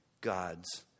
God's